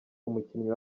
umukinnyi